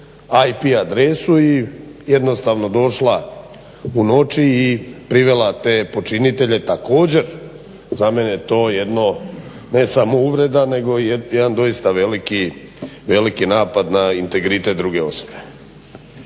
IP adresu i jednostavno došla u noći i privela te počinitelje. Također, za mene je to jedno, ne samo uvreda, nego jedan doista veliki napad na integritet druge osobe.